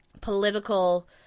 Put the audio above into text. political